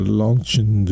launching